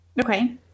Okay